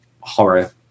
horror